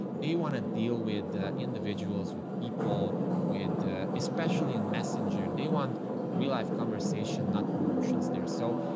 they want to deal with individuals, with people with especially in messenger. they want real life conversation, not promotions. they're so,